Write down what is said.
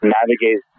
navigate